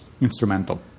instrumental